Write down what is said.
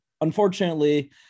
unfortunately